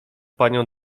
panią